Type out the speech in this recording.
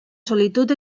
solitud